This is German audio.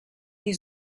die